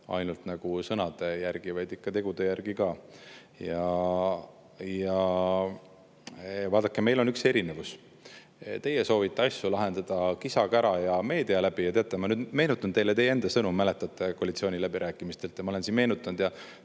ainult sõnade järgi, vaid tegude järgi ka. Ja vaadake, meil on üks erinevus. Teie soovite asju lahendada kisa-käraga ja meedia kaudu. Ja teate, ma nüüd meenutan teile teie enda sõnu, mäletate, koalitsiooniläbirääkimistelt. Ma olen siin meenutanud ja